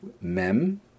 mem